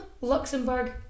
Luxembourg